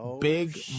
Big